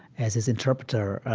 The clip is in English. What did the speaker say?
as his interpreter, ah